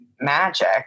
magic